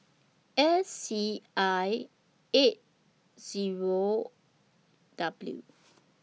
S C I eight O W